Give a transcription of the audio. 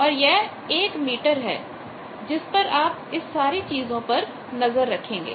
और यह 1 मीटर है जिस पर आप इस सारी चीजों पर नजर रखेंगे